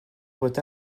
votre